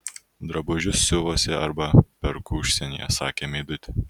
drabužius siuvuosi arba perku užsienyje sakė meidutė